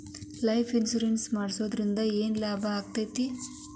Life insurance ಮಾಡ್ಸಿದ್ರ ಏನ್ ಲಾಭೈತಿ?